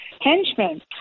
henchmen